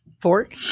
fork